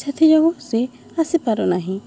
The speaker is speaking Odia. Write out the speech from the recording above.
ସେଥିଯୋଗ ସେ ଆସିପାରୁ ନାହିଁ